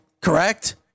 Correct